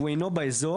והוא אינו באזור,